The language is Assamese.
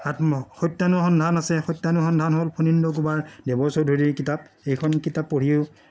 সত্যানুসন্ধান আছে সত্যানুসন্ধান হ'ল ফণীন্দ্ৰ কুমাৰ দেৱচৌধুৰীৰ কিতাপ এইখন কিতাপ পঢ়িও